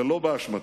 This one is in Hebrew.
ולא באשמתם.